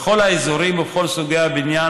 בכל האזורים ובכל סוגי הבניין,